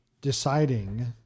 deciding